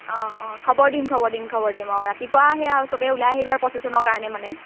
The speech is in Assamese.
অঁ অঁ খবৰ দিম খবৰ দিম খবৰ দিম অঁ ৰাতিপুৱা সেই চবে ওলাই আহিবি আৰু পছেচনৰ কাৰণে মানে